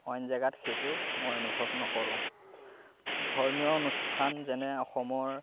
আন জেগাত সেইটো মই অনুভৱ নকৰোঁ ধৰ্মীয় অনুষ্ঠান যেনে অসমৰ